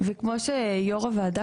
וכמו שיושב-ראש הוועדה,